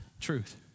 truth